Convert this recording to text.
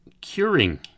curing